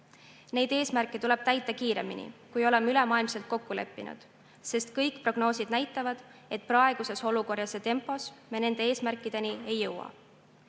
Neid eesmärke tuleb täita kiiremini, kui oleme ülemaailmselt kokku leppinud, sest kõik prognoosid näitavad, et praeguses olukorras ja tempos me nende eesmärkideni ei jõua.